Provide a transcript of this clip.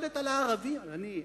אני,